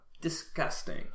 Disgusting